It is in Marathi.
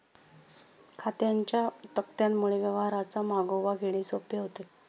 खात्यांच्या तक्त्यांमुळे व्यवहारांचा मागोवा घेणे सोपे होते